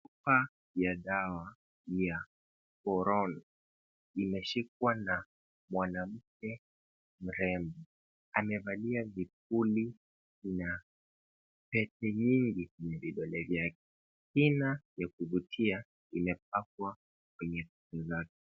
Chupa ya dawa ya korona imeshikwa na mwanamke mrembo, amevalia vipuli na pete nyingi kwenye vidole vyake. Hina ya kuvutia imepakwa kwenye vidole zake.